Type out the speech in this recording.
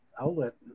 outlet